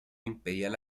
imperial